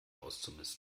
auszumisten